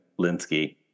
Linsky